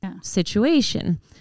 situation